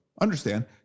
understand